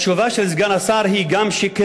התשובה של סגן השר גם היא שקרית.